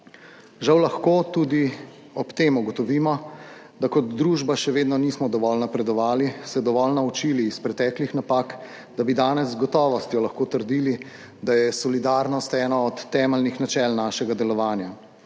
Žal lahko tudi ob tem ugotovimo, da kot družba še vedno nismo dovolj napredovali, se dovolj naučili iz preteklih napak, da bi danes z gotovostjo lahko trdili, da je solidarnost eno od temeljnih načel našega delovanja.